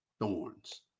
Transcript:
thorns